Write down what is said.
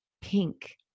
pink